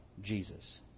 Jesus